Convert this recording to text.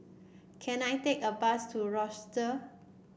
can I take a bus to roster